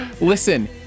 Listen